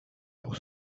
pour